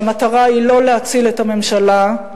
והמטרה היא לא להציל את הממשלה,